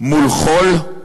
מול חול?